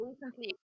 recently